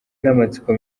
n’amatsiko